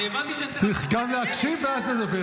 אני הבנתי שאני צריך --- צריך גם להקשיב ואז לדבר,